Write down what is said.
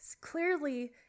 clearly